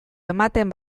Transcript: ematen